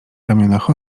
ramionach